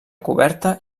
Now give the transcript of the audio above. coberta